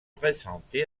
présenté